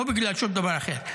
לא בגלל שום דבר אחר.